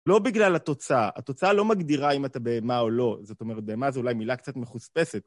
לא בגלל התוצאה, התוצאה לא מגדירה אם אתה בהמה או לא. זאת אומרת, בהמה זו אולי מילה קצת מחוספסת.